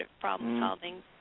problem-solving